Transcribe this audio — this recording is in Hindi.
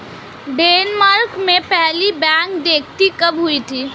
डेनमार्क में पहली बैंक डकैती कब हुई थी?